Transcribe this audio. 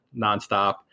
nonstop